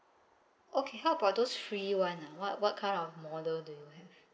okay how about those free [one] ah what what kind of model do you have